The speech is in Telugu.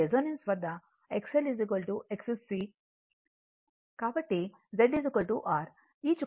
కాబట్టి Z R ఈ చుక్కల గీత R